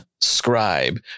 scribe